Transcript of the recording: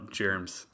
germs